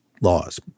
laws